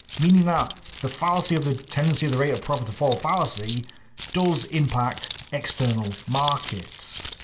meaning that the fallacy of the tendency of the rate of profit to fall fallacy does impact external markets.